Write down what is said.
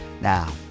Now